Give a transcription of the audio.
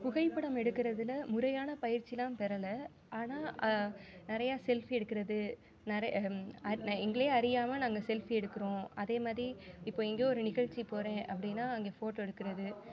புகைப்படம் எடுக்கிறதுல முறையான பயிற்சியெலாம் பெறலை ஆனால் நிறையா செல்ஃபி எடுக்கிறது நிறை எங்களையே அறியாமல் நாங்கள் செல்ஃபி எடுக்கிறோம் அதேமாதிரி இப்போ எங்கேயோ ஒரு நிகழ்ச்சி போகிறேன் அப்படின்னா அங்கே ஃபோட்டோ எடுக்கிறது